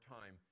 time